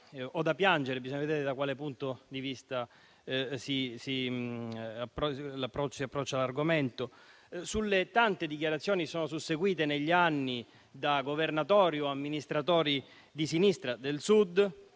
o da piangere - bisogna vedere da quale punto di vista si approccia l'argomento - sulle tante dichiarazioni che si sono susseguite, negli anni, da parte di governatori o amministratori di sinistra del Sud,